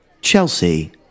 Chelsea